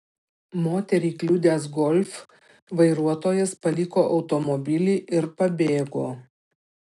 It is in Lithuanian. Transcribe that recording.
moterį kliudęs golf vairuotojas paliko automobilį ir pabėgo